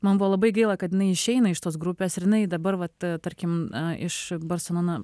man buvo labai gaila kad jinai išeina iš tos grupės ir jinai dabar vat ta tarkim iš barselona